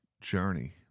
journey